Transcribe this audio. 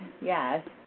yes